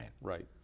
Right